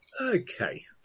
Okay